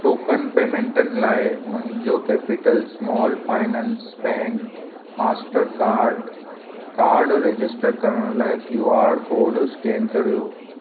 token पेमेंटनि लाइ मुंहिंजो capital small finance bank Mastercard card register करण लाइ क्यू आर कोड स्केन करियो